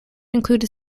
included